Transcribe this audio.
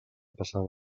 passava